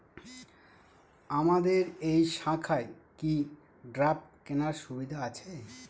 আপনাদের এই শাখায় কি ড্রাফট কেনার সুবিধা আছে?